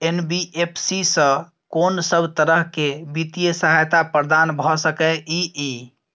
NBFC स कोन सब तरह के वित्तीय सहायता प्रदान भ सके इ? इ